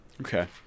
Okay